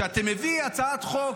שאתה מביא הצעת חוק,